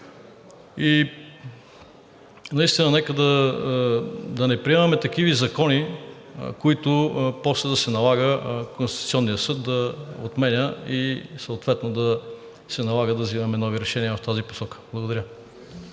И наистина нека да не приемаме такива закони, които после да се налага Конституционният съд да отменя и съответно да се налага да взимаме нови решения в тази посока. Благодаря.